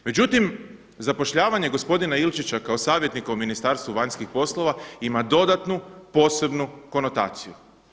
Međutim, zapošljavanje gospodina Ilčića kao savjetnika u Ministarstvu vanjskih poslova ima dodatnu, posebnu konotaciju.